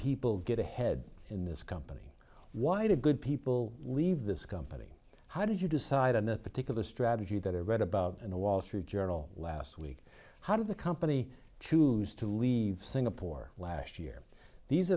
people get ahead in this company why do good people leave this company how did you decide on that particular strategy that i read about in the wall street journal last week how did the company choose to leave singapore last year these